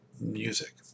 music